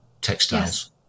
textiles